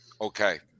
Okay